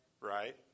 right